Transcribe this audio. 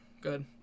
good